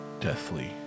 Deathly